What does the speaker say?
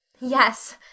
yes